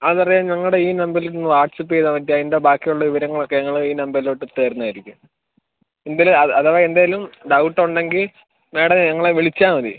അതറിയാൻ ഞങ്ങടെ ഈ നമ്പറിൽ വാട്ട്സ്ആപ്പ് ചെയ്താൽമതി അതിൻ്റെ ബാക്കി ഉള്ള വിവരങ്ങൾ ഒക്കെ ഞങ്ങൾ ഈ നമ്പരിലോട്ട് ഇട്ട് തരുന്നത് ആയിരിക്കും ഇതിൽ അഥവാ എന്തേലും ഡൗട്ട് ഉണ്ടെങ്കിൽ മാഡം ഞങ്ങളെ വിളിച്ചാൽ മതി